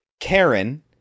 Karen